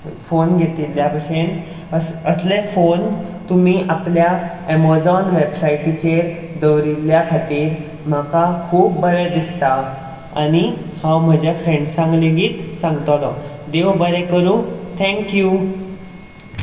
phone घेतिल्ल्या भशेन अस असले फोन तुमी आपल्या एमोजॉन वॅबसायटीचेर दवरिल्ल्या खातीर म्हाका खूब बरें दिसता आनी हांव म्हज्या फ्रॅण्डसांक लेगीत सांगतलो देव बरें करूं थँक्यू